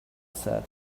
said